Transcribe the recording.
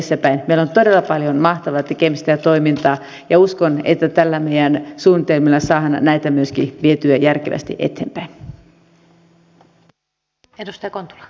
meillä on todella paljon mahtavaa tekemistä ja toimintaa ja uskon että tällä meidän suunnitelmallamme saadaan näitä myöskin vietyä järkevästi eteenpäin